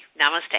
namaste